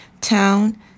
town